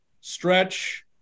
stretch